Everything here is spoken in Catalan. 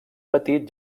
petit